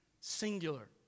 singular